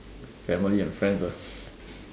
family and friends ah